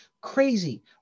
crazy